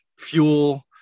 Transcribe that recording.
fuel